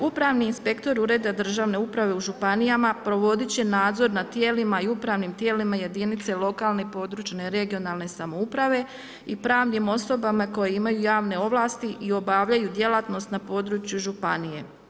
Upravni inspektor ureda državne uprave u županijama provodit će nadzor nad tijelima i upravnim tijelima jedinica lokalne i područne (regionalne) samouprave i pravnim osobama koje imaju javne ovlasti i obavljaju djelatnost na području županije.